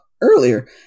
earlier